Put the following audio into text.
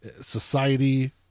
society